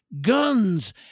guns